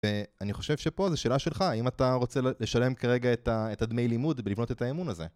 ואני חושב שפה זה שאלה שלך, האם אתה רוצה לשלם כרגע את הדמי לימוד ולבנות את האמון הזה?